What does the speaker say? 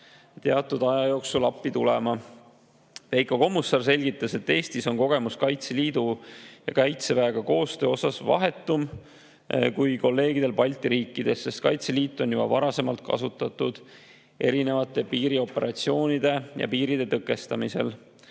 teatud aja jooksul appi tulema. Veiko Kommusaar selgitas, et Eestis on kogemus Kaitseliidu ja Kaitseväega koostöö osas vahetum kui kolleegidel [teistest] Balti riikidest, sest Kaitseliitu on juba varasemalt kasutatud erinevate piirioperatsioonide puhul, ka piiride tõkestamisel.